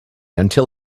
until